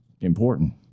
important